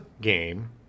game